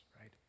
right